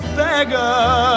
beggar